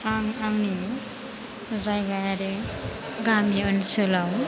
आं आंनि जायगायारि ओनसोलाव